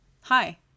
Hi